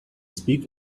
speak